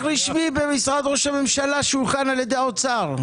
רשמי במשרד ראש הממשלה שהוכן על ידי האוצר.